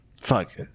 fuck